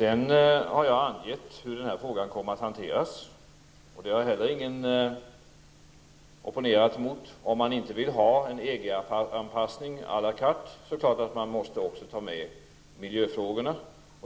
Jag har angett hur den här frågan kommer att hanteras och det har ingen heller opponerat sig mot. Vill man inte ha en EG-anpassning à la carte är det klart att man också måste ta med miljöfrågorna.